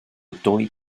dwy